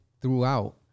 throughout